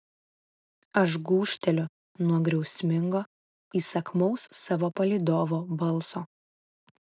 aš gūžteliu nuo griausmingo įsakmaus savo palydovo balso